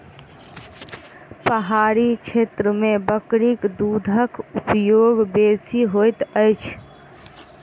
पहाड़ी क्षेत्र में बकरी दूधक उपयोग बेसी होइत अछि